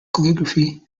calligraphy